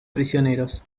prisioneros